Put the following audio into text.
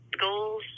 goals